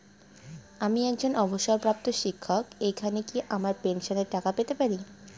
আমি একজন অবসরপ্রাপ্ত শিক্ষক এখানে কি আমার পেনশনের টাকা পেতে পারি?